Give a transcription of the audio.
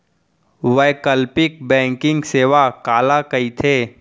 वैकल्पिक बैंकिंग सेवा काला कहिथे?